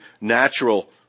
natural